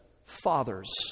Fathers